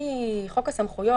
לפי חוק הסמכויות,